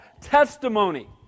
testimony